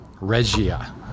Regia